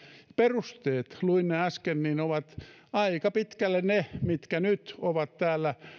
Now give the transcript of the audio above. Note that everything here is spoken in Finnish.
perusteet luin ne äsken ovat aika pitkälle ne mitkä ovat nyt täällä